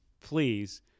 please